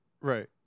right